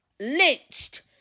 lynched